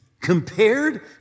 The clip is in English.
compared